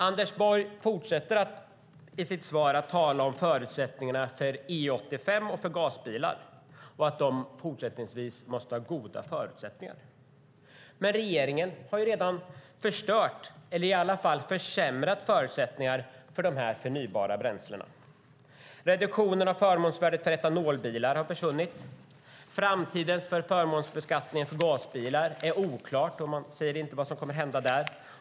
Anders Borg säger i sitt svar att E85 och biogas fortsatt måste ges goda förutsättningar. Men regeringen har redan förstört, eller i alla fall försämrat, förutsättningarna för dessa förnybara bränslen. Reduktionen av förmånsvärdet för etanolbilar har försvunnit. Framtiden för förmånsbeskattningen av gasbilar är oklar, och man säger inte vad som kommer att hända där.